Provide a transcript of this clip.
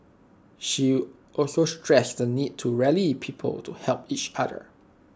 she also stressed the need to rally people to help each other